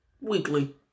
weekly